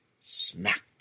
Smack